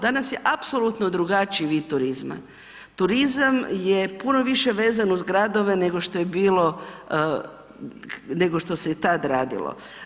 Danas je apsolutno drugačiji vid turizma, turizma je puno više vezan uz gradove nego što je bio, nego što se je tad radilo.